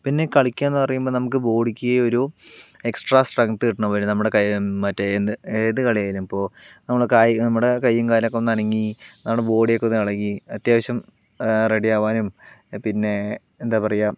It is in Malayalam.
പിന്നെ കളിക്കുകയെന്ന് പറയുമ്പോൾ നമുക്ക് ബോഡിക്ക് ഒരു എക്സ്ട്രാ സ്ട്രെങ്ത് കിട്ടുന്നപോലെ നമ്മുടെ കൈ മറ്റേ എന്ത് ഏത് കളിയായാലും ഇപ്പോൾ നമ്മുടെ കായികം നമ്മടെ കൈയും കാലും ഒക്കെ ഒന്ന് അനങ്ങി നമ്മുടെ ബോഡി ഒക്കെ ഒന്ന് ഇളക്കി അത്യാവശ്യം റെഡിയാവാനും പിന്നെ എന്താ പറയുക